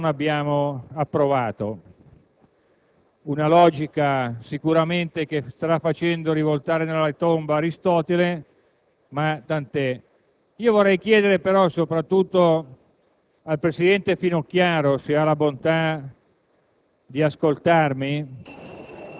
una parte del decreto che ancora non abbiamo approvato; una logica che sicuramente starà facendo rivoltare nella tomba Aristotele, ma tant'è. Vorrei sottolineare però alla presidente Finocchiaro, se ha la bontà